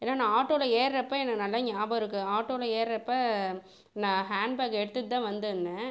ஏன்னா நான் ஆட்டோவில் ஏர்றப்போ எனக்கு நல்லா ஞாபகமிருக்கு ஆட்டோவில் ஏர்றப்போ நான் ஹேண்ட்பேக் எடுத்துட்டு தான் வந்துருந்தேன்